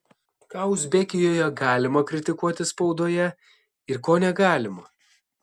ką uzbekijoje galima kritikuoti spaudoje ir ko negalima